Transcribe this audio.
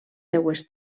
seues